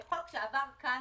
זה חוק שעבר כאן,